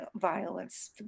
violence